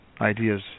ideas